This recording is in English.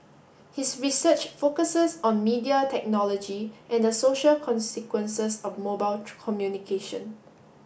his research focuses on media technology and the social consequences of mobile communication